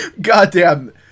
Goddamn